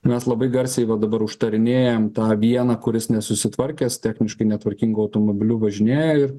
mes labai garsiai va dabar užtarinėjam tą vieną kuris nesusitvarkęs techniškai netvarkingu automobiliu važinėja ir